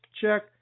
Check